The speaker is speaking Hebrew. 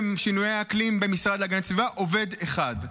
לשינויי האקלים במשרד להגנת הסביבה עובד אחד.